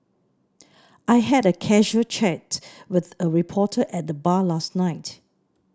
I had a casual chat with a reporter at the bar last night